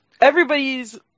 everybody's